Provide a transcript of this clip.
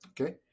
Okay